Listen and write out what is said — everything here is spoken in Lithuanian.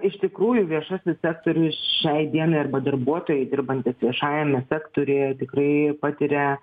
iš tikrųjų viešasis sektorius šiai dienai arba darbuotojai dirbantys viešajame sektoriuje tikrai patiria